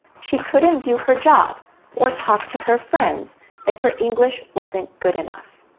she couldn't do her job or talk to her friends if her english wasn't good enough.